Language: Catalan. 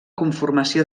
conformació